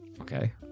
Okay